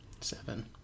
Seven